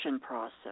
process